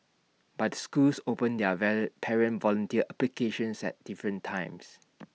but the schools open their parent volunteer applications at different times